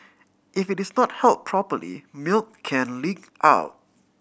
if it is not held properly milk can leak out